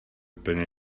úplně